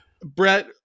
Brett